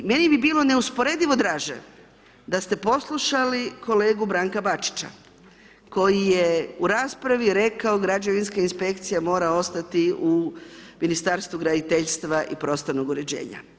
Meni bi bilo neusporedivo draže da ste poslušali kolegu Branka Bačića koji je u raspravi rekao građevinska inspekcija mora ostati u Ministarstvu graditeljstva i prostornog uređenja.